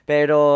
Pero